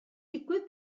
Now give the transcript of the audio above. digwydd